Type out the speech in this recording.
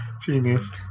genius